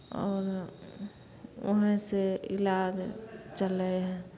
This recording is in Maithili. आओर उहाँसँ इलाज चलै हइ